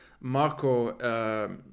Marco